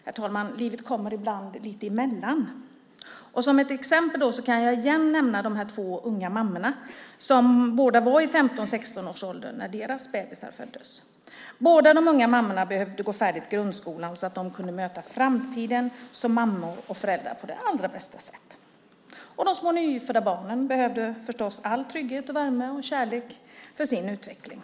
Herr talman! Livet kommer ibland lite emellan. Som ett exempel kan jag återigen nämna de två unga mammorna, som båda var i 15-16-årsåldern när deras bebisar föddes. De båda unga mammorna behövde gå färdigt grundskolan, så att de kunde möta framtiden som mammor och föräldrar på allra bästa sätt. De små nyfödda barnen behövde förstås all trygghet och värme och kärlek för sin utveckling.